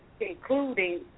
including